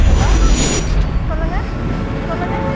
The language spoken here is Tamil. ஹலோ சொல்லுங்கள் சொல்லுங்கள்